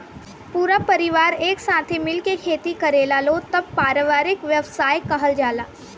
पूरा परिवार एक साथे मिल के खेती करेलालो तब पारिवारिक व्यवसाय कहल जाला